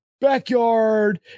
backyard